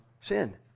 sin